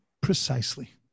precisely